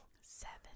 Seven